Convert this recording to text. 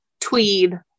tweed